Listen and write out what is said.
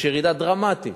יש ירידה דרמטית,